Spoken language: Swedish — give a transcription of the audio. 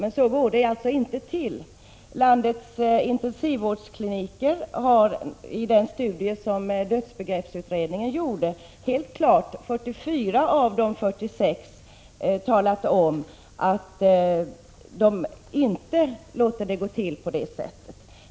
Men så går det inte till. I den studie som dödsbegreppsutredningen gjorde har 44 av landets 46 intensivvårdskliniker talat om att de inte låter det gå till på det sättet.